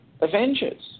Avengers